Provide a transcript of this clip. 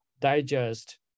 digest